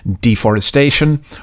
deforestation